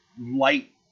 light